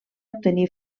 obtenir